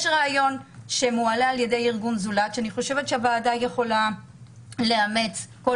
הארגון מעלה רעיון שאני חושבת שהוועדה יכולה לאמץ כל